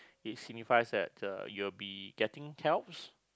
it signifies that uh you will be getting help